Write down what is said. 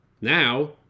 Now